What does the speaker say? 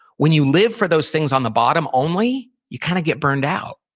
when you live for those things on the bottom only, you kind of get burned out.